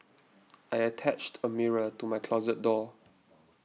I attached a mirror to my closet door